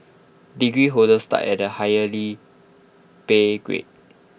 degree holders start at A higher pay grade